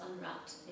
unwrapped